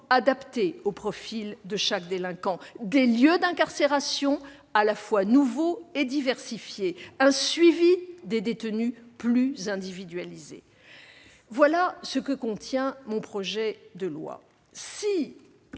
adaptées au profil de chaque délinquant, des lieux d'incarcération nouveaux et diversifiés, un suivi des détenus plus individualisé. Voilà ce que contient mon projet de loi